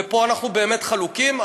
ופה אנחנו באמת חלוקים,